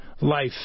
Life